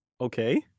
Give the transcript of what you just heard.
Okay